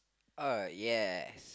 uh yes